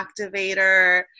activator